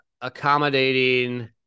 accommodating